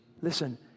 listen